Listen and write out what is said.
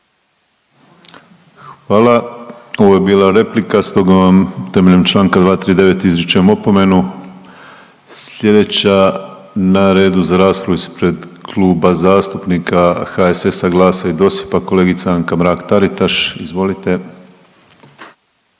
Hvala, ovo je bila replika, stoga vam temeljem čl. 239 izričem opomenu. Slijedeća na redu za raspravu ispred Kluba zastupnika HSS, GLAS-a i DOSIP-a, kolegica Anka Mrak Taritaš. Izvolite.